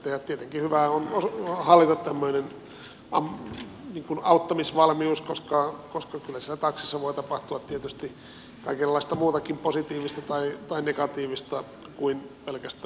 tietenkin hyvä on hallita tämmöinen auttamisvalmius koska kyllä siellä taksissa voi tapahtua kaikenlaista muutakin positiivista tai negatiivista kuin pelkästään synnytyksiä